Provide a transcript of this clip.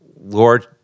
Lord